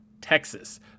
texas